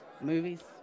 Movies